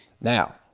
Now